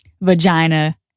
Vagina